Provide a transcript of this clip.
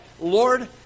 Lord